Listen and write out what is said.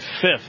fifth